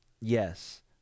Yes